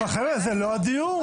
זה לא הדיון.